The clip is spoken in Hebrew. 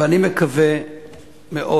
ואני מקווה מאוד